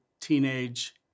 teenage